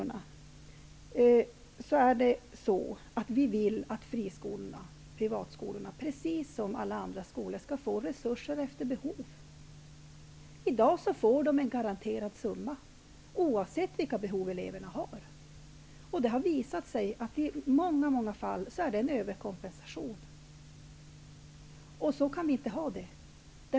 Vi vill att friskolorna, precis som alla andra skolor, skall få resurser efter behov. I dag tilldelas de en garanterad summa oavsett elevernas behov. Det har visat sig att det i många fall har varit fråga om en överkompensation. Så kan man inte ha det.